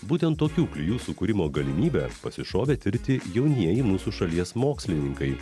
būtent tokių klijų sukūrimo galimybę pasišovė tirti jaunieji mūsų šalies mokslininkai